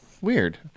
weird